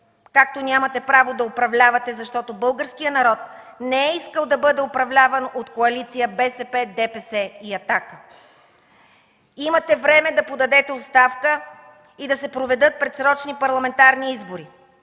както нямате право да управлявате, защото българският народ не е искал да бъде управляван от Коалиция БСП, ДПС и „Атака”. Имате време да подадете оставка и да се проведат предсрочни парламентарни избори.